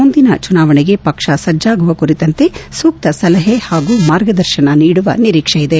ಮುಂದಿನ ಚುನಾವಣೆಗೆ ಪಕ್ಷ ಸಜ್ನಾಗುವ ಕುರಿತಂತೆ ಸೂಕ್ತ ಸಲಹೆ ಹಾಗೂ ಮಾರ್ಗದರ್ಶನ ನೀಡುವ ನಿರೀಕ್ಷೆ ಇದೆ